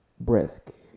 brisk